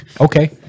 Okay